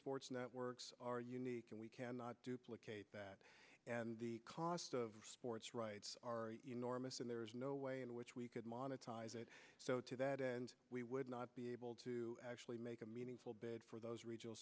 e networks are unique and we cannot duplicate that and the cost of sports rights are enormous and there's no way in which we could monetize it so to that end we would not be able to actually make a meaningful bid for those regional